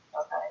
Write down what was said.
Okay